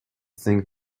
think